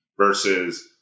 versus